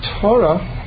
Torah